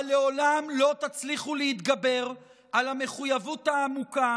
אבל לעולם לא תצליחו להתגבר על המחויבות העמוקה